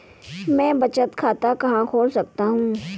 मैं बचत खाता कहां खोल सकता हूं?